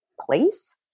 place